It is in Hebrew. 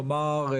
נאמר,